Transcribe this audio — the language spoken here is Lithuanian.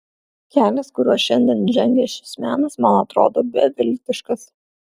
kelias kuriuo šiandien žengia šis menas man atrodo beviltiškas